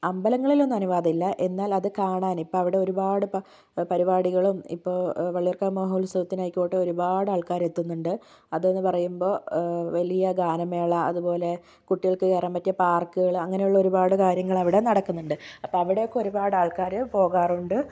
അമ്പലങ്ങളിലൊന്നും അനുവാദമില്ല എന്നാൽ അത് കാണാന് അവടെപ്പൊരൂപാട് പർപാടികളും ഇപ്പോൾ വൈലത്തൂർ മഹോൽസവത്തിനൊക്കെ ഒരുപാട് ആൾക്കാർ എത്തുന്നുണ്ട് അതെന്ന് പറയുമ്പോൾ വലിയ ഗാനമേള അത്പോലെ കുട്ടികൾക്ക് കേറാൻപറ്റിയ പാർക്കുകള് അങ്ങനെ ഒരുപാട് കാര്യങ്ങള് അവിടെ നടക്കുന്നുണ്ട് അപ്പോൾ അവിടെയൊക്കെ ഒരുപാട് ആൾക്കാര് പോകാറുണ്ട്